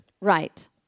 Right